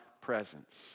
presence